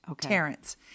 terrence